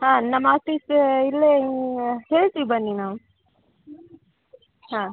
ಹಾಂ ನಮ್ಮ ಆಫೀಸ್ ಇಲ್ಲೇ ಹೇಳ್ತಿವಿ ಬನ್ನಿ ನಾವು ಹಾಂ